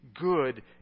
good